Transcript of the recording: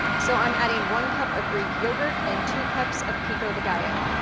so i'm adding one cup of greek yogurt, and two cups of pico de gallo.